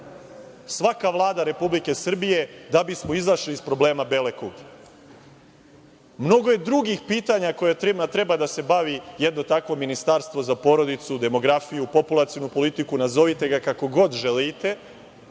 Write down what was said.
svaka Vlada Republike Srbije da bismo izašli iz problema bele kuge. Mnogo je drugih pitanja kojima treba da se bavi takvo ministarstvo za porodicu, demografiju, populacionu politiku, nazovite ga kako god želite,